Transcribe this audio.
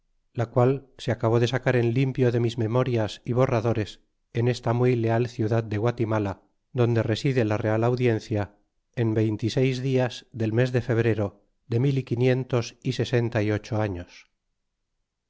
la qual se acabó de sacar en limpio de mis memorias é borradores en esta muy leal ciudad de guatimala donde reside la real audiencia en veinte y seis dias del mes de febrero de mil y quinientos y sesenta y ocho años